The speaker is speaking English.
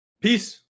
Peace